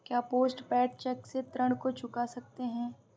क्या post paid cheque से ऋण को चुका सकते हैं?